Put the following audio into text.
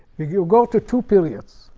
you go to two periods,